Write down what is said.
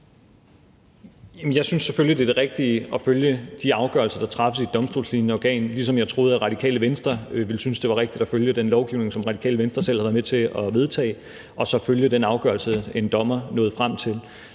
Jeg synes selvfølgelig, det er det rigtige at følge de afgørelser, der træffes i et domstolslignende organ, ligesom jeg troede, at Radikale Venstre ville synes, det var rigtigt at følge den lovgivning, som Radikale Venstre selv har været med til at vedtage, og så følge den afgørelse, en dommer er nået frem til,